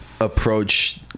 approach